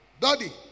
daddy